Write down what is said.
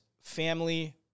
family